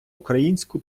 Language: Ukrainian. українську